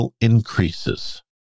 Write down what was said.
increases